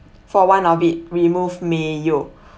for one of it remove mayo